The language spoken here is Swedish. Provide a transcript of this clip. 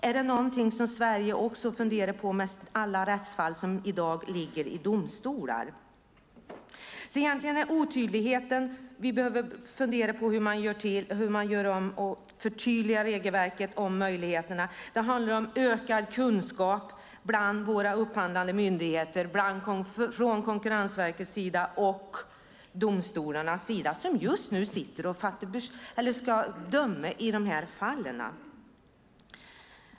Är det något som Sverige funderar på med alla rättsfall som i dag ligger i domstolar? I fråga om otydligheten behöver vi fundera över hur regelverket ska förtydligas. Det handlar om ökad kunskap bland våra upphandlande myndigheter från Konkurrensverkets och domstolarnas sida. De sitter just nu och ska döma i dessa fall.